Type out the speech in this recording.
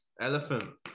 elephant